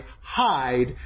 hide